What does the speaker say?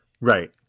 Right